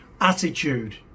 Attitude